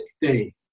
day